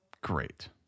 Great